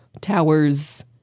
towers